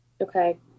Okay